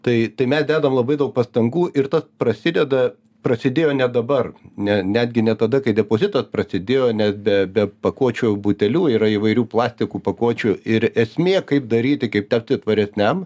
tai tai mes dedam labai daug pastangų ir tas prasideda prasidėjo ne dabar ne netgi ne tada kai depozitas prasidėjo nes be be pakuočių butelių yra įvairių plastikų pakuočių ir esmė kaip daryti kaip tapti tvaresniam